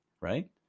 Right